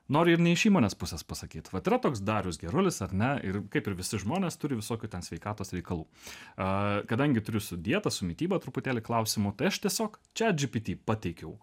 noriu ir ne iš įmonės pusės pasakyt vat yra toks darius gerulis ar ne ir kaip ir visi žmonės turi visokių ten sveikatos reikalų kadangi turiu sudėtą su mityba truputėlį klausimų tai aš tiesiog chat gpt pateikiau